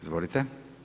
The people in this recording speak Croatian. Izvolite.